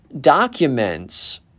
documents